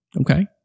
Okay